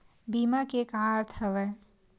बीमा के का अर्थ हवय?